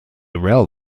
rail